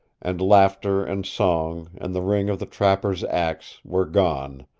and laughter and song and the ring of the trapper's axe were gone,